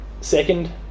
second